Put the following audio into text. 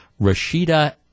Rashida